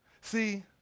See